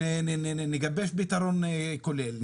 שנגבש פתרון כולל,